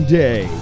day